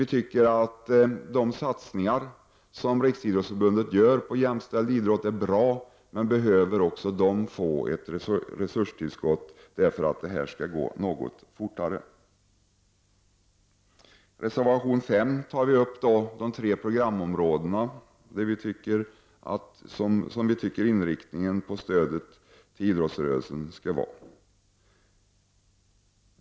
Vi tycker att de satsningar som Riksidrottsförbundet gör på jämställd idrott är bra, men även här behövs ett resurstillskott för att det skall gå något fortare. I reservation 5 tar vi upp de tre programområden som vi tycker att stödet till idrottsrörelsen bör inriktas på.